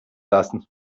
lassen